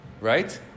Right